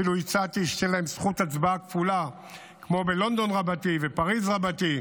אפילו הצעתי שתהיה להם זכות הצבעה כפולה כמו בלונדון רבתי ופריז רבתי,